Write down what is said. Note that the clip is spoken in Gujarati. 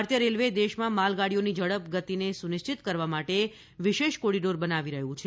ભારતીય રેલવે દેશમાં માલગાડીઓની ઝડપ ગતિને સુનિશ્ચિત કરવા માટે વિશેષ કોરિડોર બનાવી રહ્યું છે